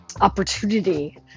opportunity